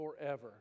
forever